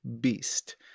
Beast